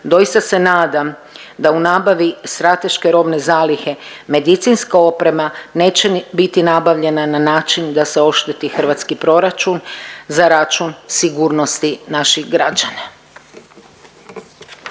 Doista se nadam da u nabavi strateške robne zalihe medicinska oprema neće biti nabavljena na način da se ošteti hrvatski proračun za račun sigurnosti naših građana.